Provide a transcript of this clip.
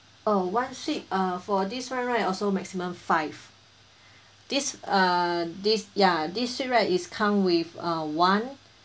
oh one suite uh for this [one] right also maximum five this uh this yeah this suite right is come with uh one